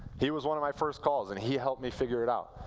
he was one of my first calls, and he helped me figure it out.